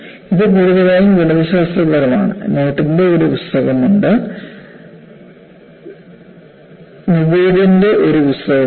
ഇത് കൂടുതലായും ഗണിതശാസ്ത്രപരമാണ് നോട്ടിന്റെ ഒരു പുസ്തകമുണ്ട് മെഗുയിഡിന്റെ ഒരു പുസ്തകമുണ്ട്